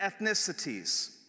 ethnicities